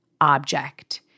object